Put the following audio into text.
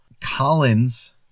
Collins